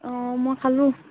অঁ মই খালোঁ